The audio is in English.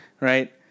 right